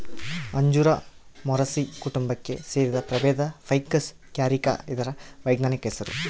ಅಂಜೂರ ಮೊರಸಿ ಕುಟುಂಬಕ್ಕೆ ಸೇರಿದ ಪ್ರಭೇದ ಫೈಕಸ್ ಕ್ಯಾರಿಕ ಇದರ ವೈಜ್ಞಾನಿಕ ಹೆಸರು